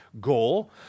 goal